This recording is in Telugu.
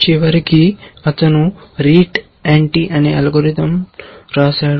చివరికి అతను RETE NT అనే అల్గోరిథం రాశాడు